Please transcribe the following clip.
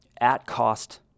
at-cost